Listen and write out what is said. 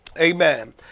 amen